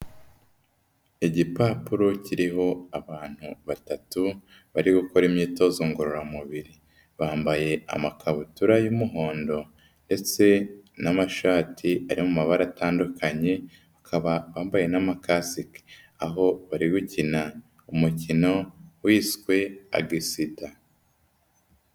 Igipapuro kiriho abantu batatu bari gukora imyitozo ngororamubiri, bambaye amakabutura y'umuhondo, ndetse n'amashati ari mu mabara atandukanye, bakaba bambaye n'amakasike, aho bari gukina umukino wiswe agasida.